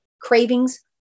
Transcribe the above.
Cravings